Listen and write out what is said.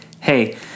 hey